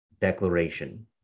declaration